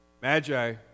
Magi